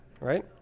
Right